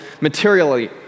materially